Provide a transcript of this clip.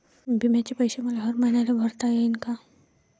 बिम्याचे पैसे मले हर मईन्याले भरता येईन का?